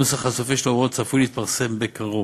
צפוי כי הנוסח הסופי של ההוראה יתפרסם בקרוב.